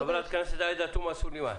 חברת הכנסת עאידה תומא סלימאן.